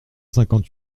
cinquante